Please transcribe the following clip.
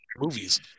movies